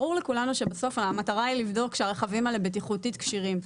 ברור לכולנו שבסוף המטרה היא לבדוק שהרכבים האלה בטיחותית כשירים.